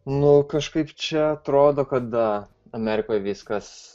nu kažkaip čia atrodo kada amerikoje viskas